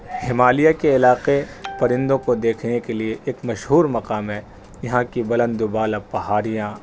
ہمالیہ کے علاقے پرندوں کو دیکھنے کے لیے ایک مشہور مقام ہے یہاں کی بلند و بالا پہاڑیاں